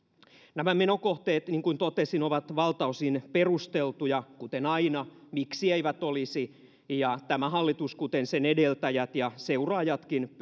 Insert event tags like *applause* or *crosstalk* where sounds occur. nämä menokohteet niin kuin totesin ovat valtaosin perusteltuja kuten aina miksi eivät olisi ja tämä hallitus kuten sen edeltäjät ja seuraajatkin *unintelligible*